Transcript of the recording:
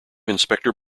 inspector